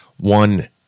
one